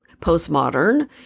postmodern